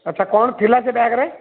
ଆଚ୍ଛା କ'ଣ ଥିଲା ସେ ବ୍ୟାଗ୍ରେ